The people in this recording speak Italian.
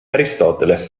aristotele